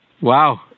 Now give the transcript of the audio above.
Wow